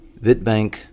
VitBank